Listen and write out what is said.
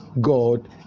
God